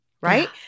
right